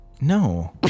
No